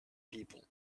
people